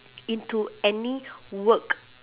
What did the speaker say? into any work